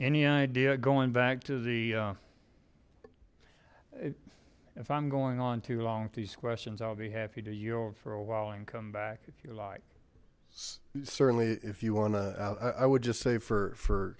any idea going back to the if i'm going on too long with these questions i'll be happy to yield for a while and come back like certainly if you wanna i would just say for for